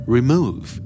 Remove